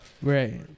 Right